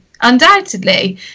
undoubtedly